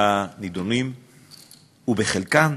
הנדונים וחלקן